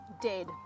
Dead